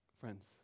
Friends